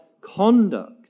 conduct